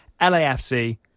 LAFC